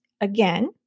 again